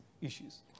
issues